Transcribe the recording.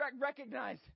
recognize